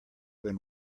when